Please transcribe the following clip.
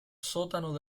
sótano